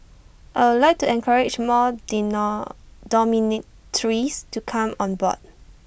I would like to encourage more did not dormitories to come on board